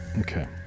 Okay